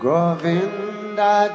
Govinda